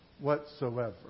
whatsoever